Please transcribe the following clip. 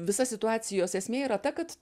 visa situacijos esmė yra ta kad